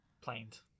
Planes